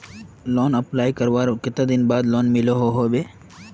Loan apply करवार कते दिन बाद लोन मिलोहो होबे?